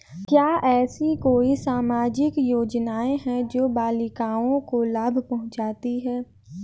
क्या ऐसी कोई सामाजिक योजनाएँ हैं जो बालिकाओं को लाभ पहुँचाती हैं?